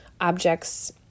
objects